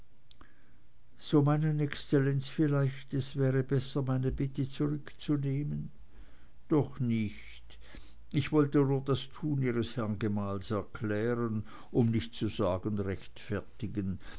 so meinen exzellenz vielleicht es wäre besser meine bitte zurückzunehmen doch nicht ich wollte nur das tun ihres herrn gemahls erklären um nicht zu sagen rechtfertigen